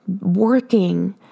working